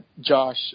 Josh